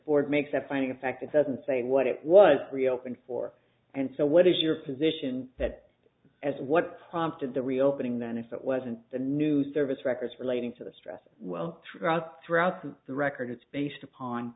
board makes that finding a fact it doesn't say what it was reopened for and so what is your position that as what prompted the reopening then if that wasn't the new service records relating to the stress well throughout throughout the record it's based